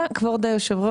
כבוד היושב ראש,